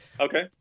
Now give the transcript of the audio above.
Okay